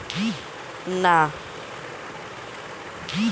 দরিদ্রদের উন্নতির জন্য ভারত সরকারের দেওয়া প্রকল্পিত পাঁচশো টাকার একটি যোজনা